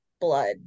blood